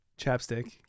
chapstick